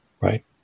right